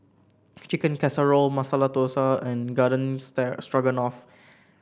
Chicken Casserole Masala Dosa and Garden Stroganoff